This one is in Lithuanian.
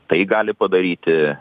tai gali padaryti